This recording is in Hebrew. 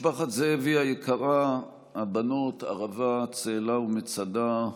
משפחת זאבי היקרה, הבנות, ערבה, צהלה ומצדה,